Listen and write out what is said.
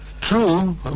True